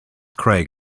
craig